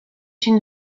une